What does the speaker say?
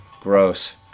Gross